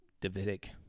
Davidic